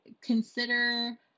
consider